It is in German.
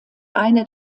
eine